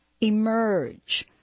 emerge